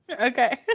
Okay